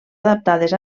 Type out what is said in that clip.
adaptades